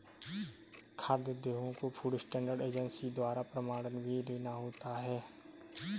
खाद्य उद्योगों को फूड स्टैंडर्ड एजेंसी द्वारा प्रमाणन भी लेना होता है